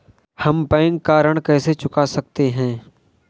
हम बैंक का ऋण कैसे चुका सकते हैं?